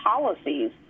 policies